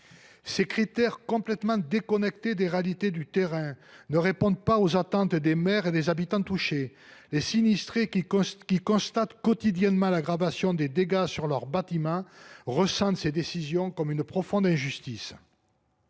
Ces critères, complètement déconnectés des réalités du terrain, ne répondent pas aux attentes des maires et des habitants touchés. Les sinistrés, qui constatent quotidiennement l’aggravation des dégâts sur leurs bâtiments, ressentent ces décisions comme une profonde injustice.